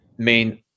Main